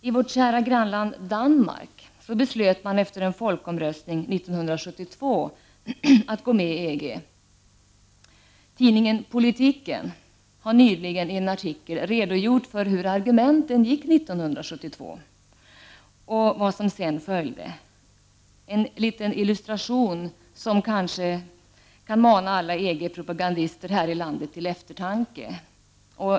I vårt kära grannland Danmark beslöt man efter en folkomröstning 1972 att gå med i EG. Tidningen Politiken har nyligen i en artikel redogjort för hur argumenten gick 1972 och vad som sedan följde. Det är en liten illustration som kanske kan mana alla EG-propagandister här i landet till eftertanke.